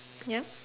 ya